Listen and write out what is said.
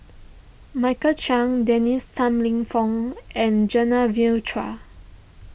Michael Chiang Dennis Tan Lip Fong and Genevieve Chua